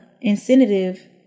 incentive